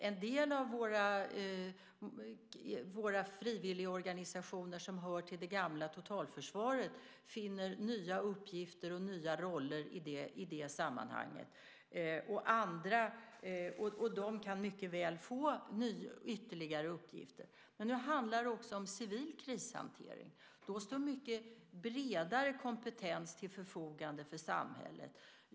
En del av våra frivilligorganisationer som hör till det gamla totalförsvaret finner nya uppgifter och nya roller i det sammanhanget, och de kan mycket väl få ytterligare uppgifter. Men det handlar också om civil krishantering. Då står mycket bredare kompetens till förfogande för samhället.